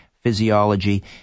physiology